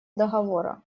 договора